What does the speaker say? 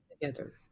together